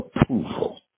approval